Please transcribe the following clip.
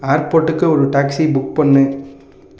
ஏர்போர்ட்டுக்கு ஒரு taxi book பண்ணு